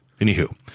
Anywho